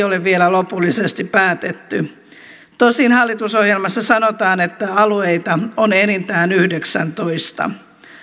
ole vielä lopullisesti päätetty tosin hallitusohjelmassa sanotaan että alueita on enintään yhdeksäntoista